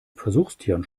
versuchstieren